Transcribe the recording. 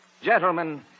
Gentlemen